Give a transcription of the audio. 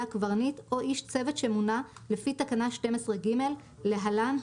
הקברניט או איש צוות שמונה לפי תקנה 12(ג) (להלן,